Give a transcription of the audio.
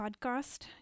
podcast